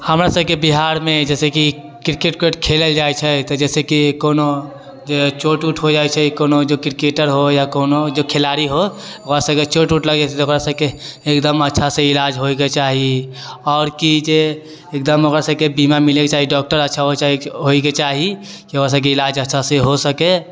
हमरा सबके बिहारमे जैसे क्रिकेट उर्केट खेलै लए जाइ छै तऽ जैसे कि कोनो चोट उट हो जाइ छै कोनो जे क्रिकेटर हो कोनो जे खिलाड़ी हो ओकरा सबके चोट उट लागि जाइ छै तऽ ओकरा सबके एकदम अच्छासँ इलाज होइके चाही आओर की जे एकदम ओकरा सबके बीमा मिलैके चाही डॉक्टर अच्छा होइके चाही की ओकरा सबके इलाज अच्छासँ हो सके